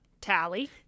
Tally